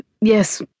yes